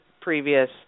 previous